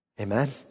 Amen